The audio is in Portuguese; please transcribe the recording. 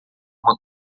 uma